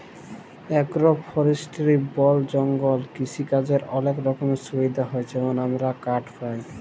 agro forestry বল জঙ্গলে কিসিকাজের অলেক রকমের সুবিধা হ্যয় যেমল আমরা কাঠ পায়